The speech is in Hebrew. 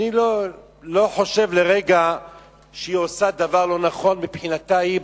אני לא חושב לרגע שהיא עושה דבר לא נכון מבחינתה היא,